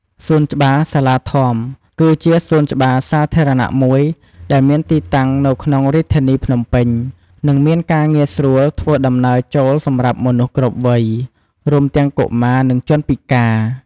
សួនច្បារសាលាធម្ម គឺជាសួនច្បារសាធារណៈមួយដែលមានទីតាំងនៅក្នុងរាជធានីភ្នំពេញ និងមានការងាយស្រួលធ្វើដំណើរចូលសម្រាប់មនុស្សគ្រប់វ័យ រួមទាំងកុមារ និងជនពិការ។